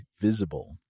Visible